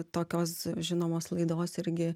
tokios žinomos laidos irgi